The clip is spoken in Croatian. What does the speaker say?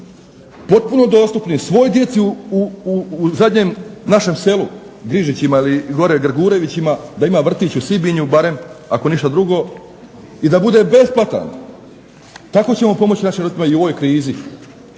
potpuno dostupni svoj djeci u zadnjem našem selu Drižićima ili gore Grgurevićima, da ima vrtić u Sibinju barem ako ništa drugo i da bude besplatan. Tako ćemo pomoći našim …/Govornik